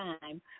time